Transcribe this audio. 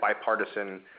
bipartisan